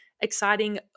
exciting